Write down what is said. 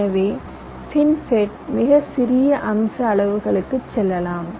எனவே ஃபின்ஃபெட் மிகச் சிறிய அம்ச அளவுகளுக்குச் செல்லலாம்